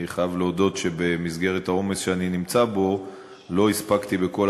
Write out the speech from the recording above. אני חייב להודות שבמסגרת העומס שבו אני נמצא לא הספקתי בכל